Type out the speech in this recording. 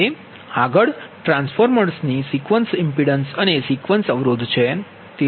હવે આગળ ટ્રાન્સફોર્મરની સિક્વન્સ ઇમ્પિડન્સ અને સિક્વન્સ અવરોધ છે